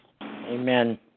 Amen